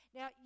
Now